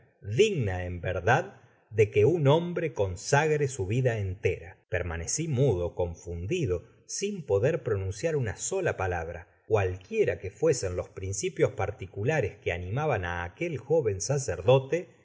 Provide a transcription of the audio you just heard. digna en verdad de que na hombre consagre su vida entera content from google book search generated at permaneci mudo confundido sin poder pronunciar una sola palabra cualquiera que fuesen los principios particulares que animaban á aquel joven sacerdote